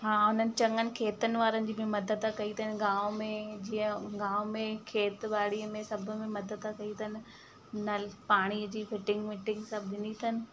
हा उन्हनि चङन खेतनि वारनि जी बि मदद कई अथन गांव में जीअं गांव में खेत बाड़ीअ में सभु में मदद कई अथन नल पाणीअ जी फ़िटिंग विटिंग सभु ॾिञी अथन